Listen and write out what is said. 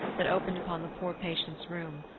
that opened upon the poor patient's room,